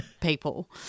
people